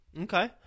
Okay